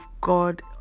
God